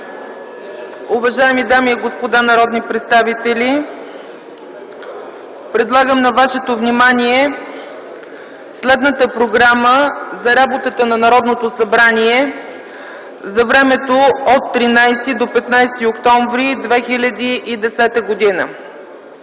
Уважаеми дами и господа народни представители, предлагам на вашето внимание следната Програма за работата на Народното събрание за времето от 13 до 15 октомври 2010 г.